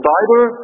Bible